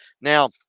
Now